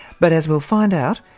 but as we'll find out,